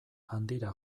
handira